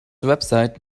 website